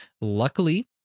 Luckily